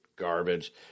garbage